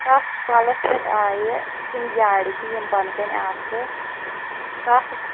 تَتھ پَلَس پٮ۪ٹھ آیہِ تِم یارِ تہِ یِم بۄنکَنۍ آسہٕ تَتھ